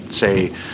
say